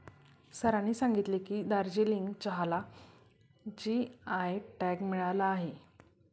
सरांनी सांगितले की, दार्जिलिंग चहाला जी.आय टॅग मिळाला आहे